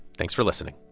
thanks for listening